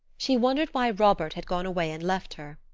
she wondered why robert had gone away and left her.